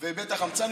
ואיבד את החמצן,